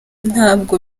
ntabwo